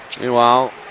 Meanwhile